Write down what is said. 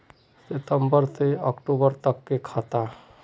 सितम्बर से अक्टूबर तक के खाता?